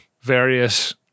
various